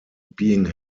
being